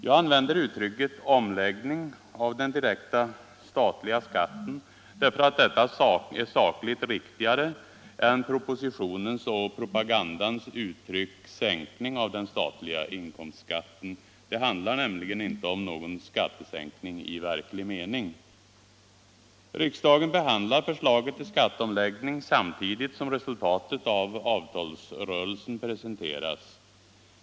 Jag använder uttrycket omläggning av den direkta statliga skatten därför att detta är sakligt riktigare än propositionens och propagandans uttryck sänkning av den statliga inkomstskatten. Det handlar nämligen inte om någon skattesänkning i verklig mening. sultatet av avtalsrörelsen presenteras.